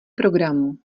programů